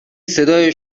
صدای